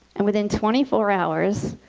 and within twenty four hours,